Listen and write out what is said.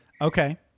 Okay